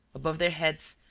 above their heads,